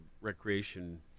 recreation